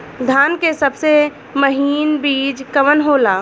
धान के सबसे महीन बिज कवन होला?